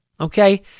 okay